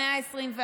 במאה ה-21?